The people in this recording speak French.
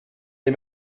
des